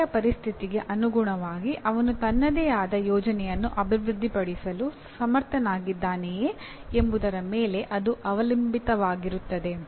ಕಲಿಕೆಯ ಪರಿಸ್ಥಿತಿಗೆ ಅನುಗುಣವಾಗಿ ಅವನು ತನ್ನದೇ ಆದ ಯೋಜನೆಯನ್ನು ಅಭಿವೃದ್ಧಿಪಡಿಸಲು ಸಮರ್ಥನಾಗಿದ್ದಾನೆಯೇ ಎಂಬುದರ ಮೇಲೆ ಅದು ಅವಲಂಬಿತವಾಗಿರುತ್ತದೆ